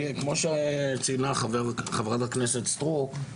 כמו שציינה חברת הכנסת סטרוק,